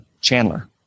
Chandler